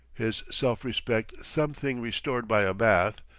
his self-respect something restored by a bath,